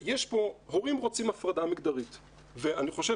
הורים רוצים הפרדה מגדרית ואני חושב